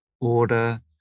order